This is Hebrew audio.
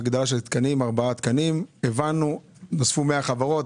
ארבעה תקנים כי הבנו שנוספו 100 חברות,